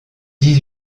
dix